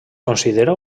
considera